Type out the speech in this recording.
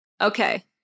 Okay